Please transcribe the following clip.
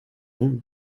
vous